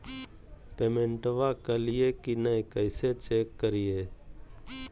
पेमेंटबा कलिए की नय, कैसे चेक करिए?